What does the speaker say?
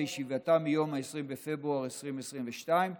בישיבתה מיום 20 בפברואר 2022,